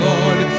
Lord